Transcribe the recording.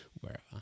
wherever